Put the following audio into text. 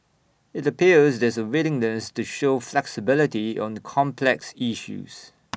IT appears there's A willingness to show flexibility on complex issues